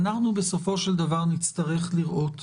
ובסופו של דבר נצטרך לראות.